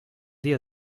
dia